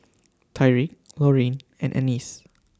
Tyriq Lauryn and Annice